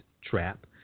trap